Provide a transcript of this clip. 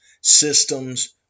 systems